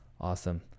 Awesome